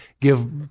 give